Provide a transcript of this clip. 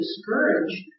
discouraged